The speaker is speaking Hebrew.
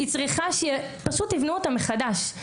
היא צריכה שפשוט יבנו אותה מחדש.